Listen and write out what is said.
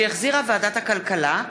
שהחזירה ועדת הכלכלה.